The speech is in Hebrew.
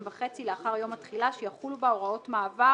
וחצי לאחר יום התחילה שיחולו בה הוראות מעבר"